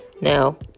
Now